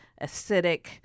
acidic